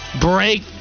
break